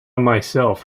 myself